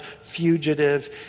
fugitive